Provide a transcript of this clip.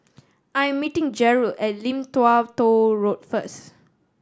I am meeting Jeryl at Lim Tua Tow Road first